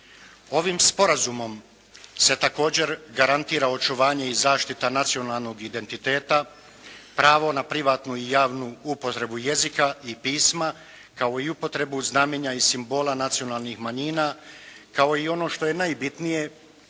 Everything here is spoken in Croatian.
Ovim sporazumom se također garantira očuvanje i zaštita nacionalnog identiteta, pravo na privatnu i javnu upotrebu jezika i pisma kao i upotrebu znamenja i simbola nacionalnih manjina kao i ono što je najbitnije